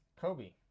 Kobe